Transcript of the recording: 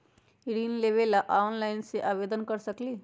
ऋण लेवे ला ऑनलाइन से आवेदन कर सकली?